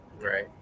Right